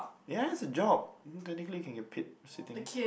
ya it's a job technically can get paid sitting